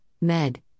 med